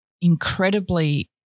incredibly